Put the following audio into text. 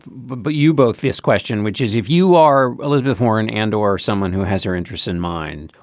but but you both this question, which is if you are elizabeth warren and or someone who has her interests in mind,